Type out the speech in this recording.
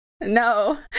No